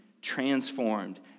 transformed